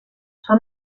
són